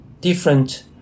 different